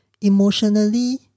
emotionally